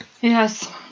Yes